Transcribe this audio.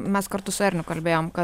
mes kartu su erniu kalbėjom kad